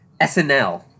SNL